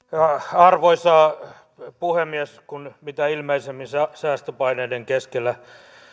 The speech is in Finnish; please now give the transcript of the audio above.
arvoisa puhemies kun mitä ilmeisimmin säästöpaineiden keskellä